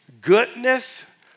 goodness